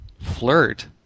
Flirt